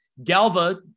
Galva